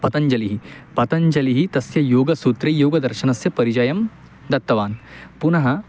पतञ्जलिः पतञ्जलिः तस्य योगसूत्रे योगदर्शनस्य परिचयं दत्तवान् पुनः